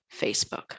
Facebook